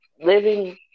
living